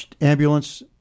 ambulance